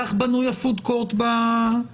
כך בנוי ה-פוד קורט בקניון.